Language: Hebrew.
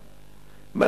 מה,